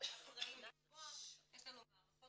אחראים פה, יש לנו מערכות